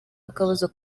akabazo